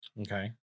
Okay